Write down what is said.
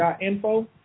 Info